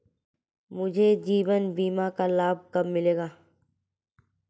मुझे जीवन बीमा का लाभ कब मिलेगा?